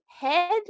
head